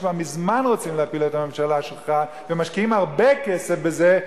שכבר מזמן רוצים להפיל את הממשלה שלך ומשקיעים הרבה כסף בזה,